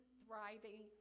thriving